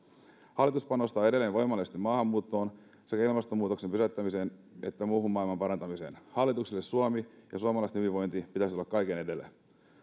hallitus panostaa edelleen voimallisesti maahanmuuttoon sekä ilmastonmuutoksen pysäyttämiseen että muuhun maailmanparantamiseen hallitukselle suomen ja suomalaisten hyvinvoinnin pitäisi olla kaiken edellä